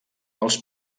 als